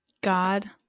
God